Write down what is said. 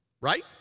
right